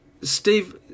Steve